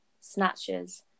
Snatches